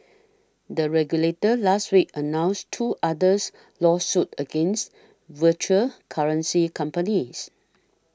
the regulator last week announced two others lawsuits against virtual currency companies